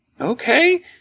okay